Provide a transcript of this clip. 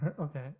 okay